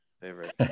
favorite